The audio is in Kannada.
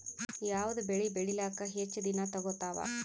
ಯಾವದ ಬೆಳಿ ಬೇಳಿಲಾಕ ಹೆಚ್ಚ ದಿನಾ ತೋಗತ್ತಾವ?